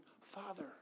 Father